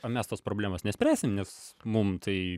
o mes tos problemos nespręsim nes mum tai